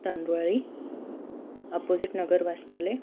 तांदवाळी opposite नगर वाचनालय